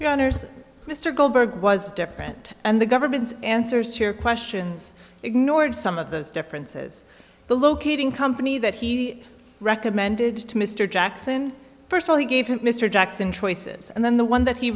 honour's mr goldberg was different and the government's answers to your questions ignored some of those differences the locating company that he recommended to mr jackson personally gave mr jackson choices and then the one that he